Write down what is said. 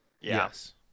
Yes